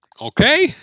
Okay